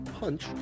punch